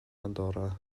andorra